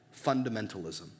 fundamentalism